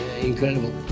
incredible